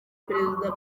perezida